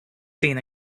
seen